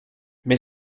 mais